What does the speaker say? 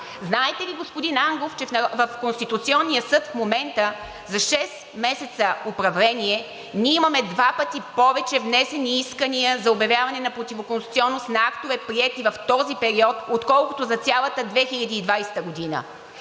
Знаете ли, господин Ангов, че в Конституционния съд в момента за шест месеца управление ние имаме два пъти повече внесени искания за обявяване на противоконституционност на актове, приети в този период, отколкото за цялата 2020 г.?